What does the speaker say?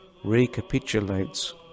recapitulates